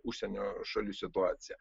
užsienio šalių situaciją